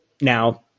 Now